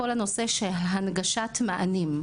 לגבי הנושא של הנגשת מענים,